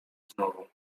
znowu